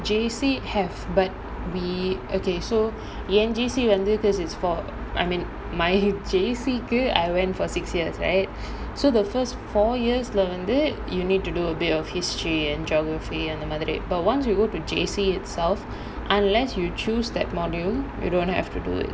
J_C have but we okay so என்:en J_C வந்து:vanthu because it's for I mean my J_C கு:ku I went for six years right so the first four years வந்து:vanthu you need to do a bit of history and geography and அந்த மாதிரி:antha maathiri but once you go to J_C itself unless you choose that module you don't have to do it